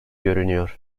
görünüyor